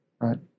Right